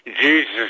Jesus